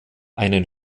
einen